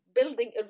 building